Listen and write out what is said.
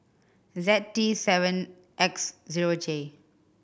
Z T seven X zero J